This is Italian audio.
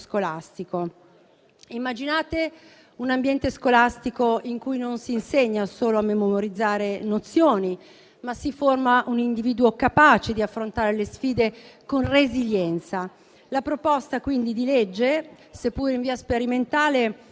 scolastico. Immaginate un ambiente scolastico in cui non si insegna solo a memorizzare nozioni, ma si forma un individuo capace di affrontare le sfide con resilienza. La proposta di legge, seppure in via sperimentale,